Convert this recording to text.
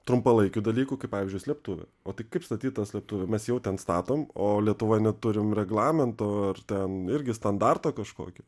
trumpalaikių dalykų kaip pavyzdžiui slėptuvė o tai kaip statyt tą slėptuvę mes jau ten statom o lietuvoj neturim reglamento ar ten irgi standarto kažkokio